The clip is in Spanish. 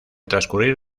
transcurrir